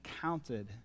counted